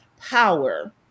power